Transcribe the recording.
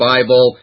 Bible